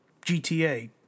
GTA